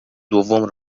دوم